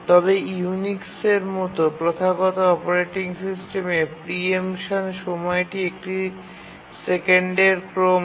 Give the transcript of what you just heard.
তবে ইউনিক্সের মতো প্রথাগত অপারেটিং সিস্টেমে প্রি এম্পশন সময়টি একটি সেকেন্ডের ক্রম হয়